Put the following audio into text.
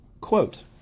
Quote